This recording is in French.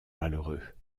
malheureux